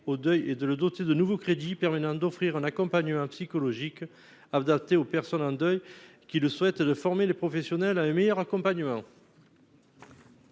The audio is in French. au deuil et de le doter de nouveaux crédits permanents d'offrir un accompagnement psychologique adapté aux personnes en deuil qui le souhaitent de former les professionnels, à un meilleur accompagnement.